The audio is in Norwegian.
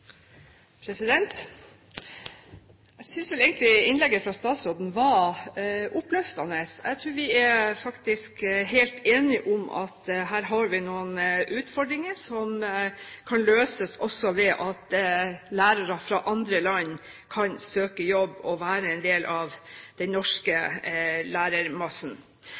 helt enige om at vi her har noen utfordringer som kan løses ved at også lærere fra andre land kan søke jobb og være en del av den norske lærermassen.